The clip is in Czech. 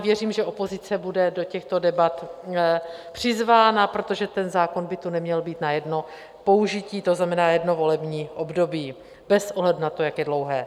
Věřím, že opozice bude do těchto debat přizvána, protože ten zákon by tu neměl být na jedno použití, to znamená jedno volební období, bez ohledu na to, jak je dlouhé.